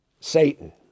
Satan